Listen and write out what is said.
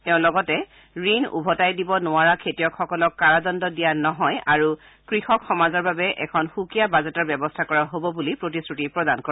তেওঁ লগতে ঋণ ওভতাই দিব নোৱাৰা খেতিয়কসকলক কাৰাদণ্ড দিয়া নহয় তথা কৃষক সমাজৰ বাবে এখন সুকীয়া বাজেটৰ ব্যৱস্থা কৰা হ'ব বুলি প্ৰতিশ্ৰুতি প্ৰদান কৰে